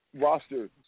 roster